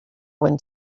wind